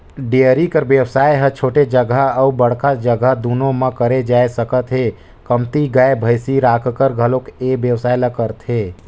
dairy कर बेवसाय ह छोटे जघा अउ बड़का जघा दूनो म करे जा सकत हे, कमती गाय, भइसी राखकर घलोक ए बेवसाय ल करथे